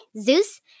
Zeus